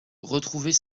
retrouver